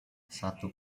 satu